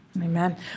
amen